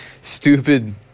stupid